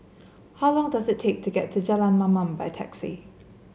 how long does it take to get to Jalan Mamam by taxi